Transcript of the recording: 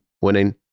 winning